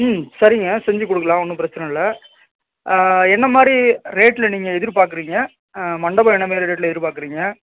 ம் சரிங்க செஞ்சு கொடுக்கலாம் ஒன்றும் பிரச்சனை இல்லை என்னமாதிரி ரேட்டில் நீங்கள் எதிர்பார்க்குறீங்க மண்டபம் என்ன மாதிரி ரேட்டில் எதிர்பார்க்குறீங்க